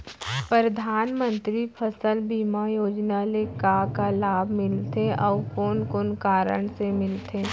परधानमंतरी फसल बीमा योजना ले का का लाभ मिलथे अऊ कोन कोन कारण से मिलथे?